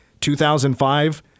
2005